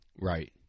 Right